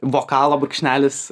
vokalo brūkšnelis